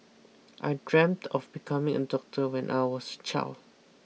I dreamt of becoming a doctor when I was child